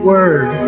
Word